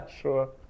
sure